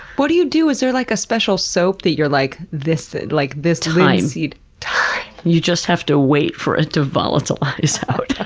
what do you do? is there, like, a special soap that you're like, this like this linseed, time. you just have to wait for it to volatilize out.